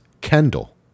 Kendall